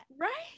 Right